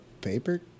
paper